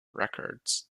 records